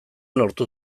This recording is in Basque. lortu